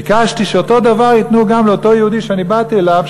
ביקשתי שאותו דבר ייתנו גם לאותו יהודי שאני באתי אליו,